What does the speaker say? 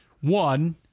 One